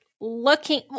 looking